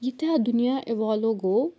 ییٖتیٛاہ دُنیا اِوالُو گوٚو